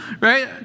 right